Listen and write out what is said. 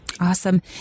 Awesome